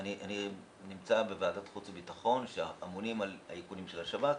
אני נמצא בוועדת החוץ והביטחון שאמונה על האיכונים של השב"כ.